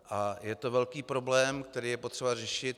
A je to velký problém, který je potřeba řešit.